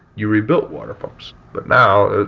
you rebuilt water pumps. but now,